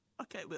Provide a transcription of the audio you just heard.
Okay